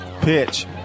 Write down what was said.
pitch